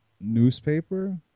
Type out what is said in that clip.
newspaper